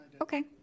Okay